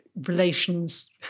relations